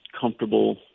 comfortable